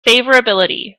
favorability